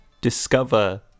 discover